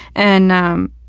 and, um,